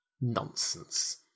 Nonsense